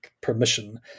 permission